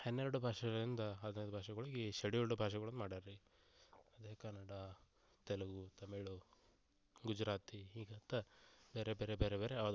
ಹನ್ನೆರಡು ಭಾಷೆಗಳಿಂದ ಹದಿನೈದು ಭಾಷೆಗಳಿಗೆ ಶೆಡ್ಯೂಲ್ಡ್ ಬಾಷೆಗಳಂತ್ ಮಾಡ್ಯಾರೆ ಅದೇ ಕನ್ನಡ ತೆಲುಗು ತಮಿಳು ಗುಜರಾತಿ ಹೀಗಂತ ಬೇರೆ ಬೇರೆ ಬೇರೆ ಯಾವುದೋ